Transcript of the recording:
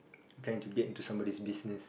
trying to get into somebody's business